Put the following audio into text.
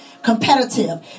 Competitive